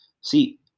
see